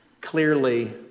clearly